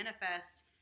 manifest